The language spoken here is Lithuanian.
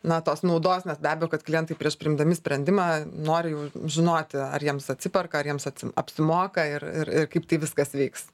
na tos naudos nes be abejo kad klientai prieš priimdami sprendimą nori jau žinoti ar jiems atsiperka ar jiems ats apsimoka ir ir ir kaip tai viskas veiks